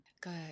Good